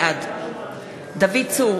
בעד דוד צור,